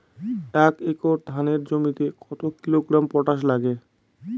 এক একর ধানের জমিতে কত কিলোগ্রাম পটাশ লাগে?